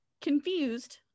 Confused